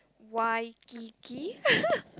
Waikiki